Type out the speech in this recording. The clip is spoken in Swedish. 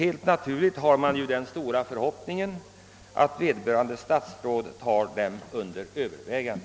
Helt naturligt har jag den innerliga förhoppningen att vederbörande statsråd tar dem under övervägande.